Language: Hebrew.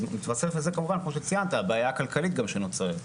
וזה כמובן, כמו שציינת, הבעיה הכלכלית גם שנוצרת.